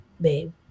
babe